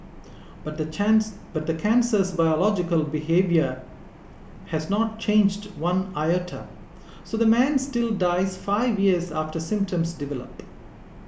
but the chance but the cancer's biological behaviour has not changed one iota so the man still dies five years after symptoms develop